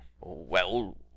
Well